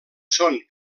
són